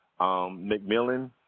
McMillan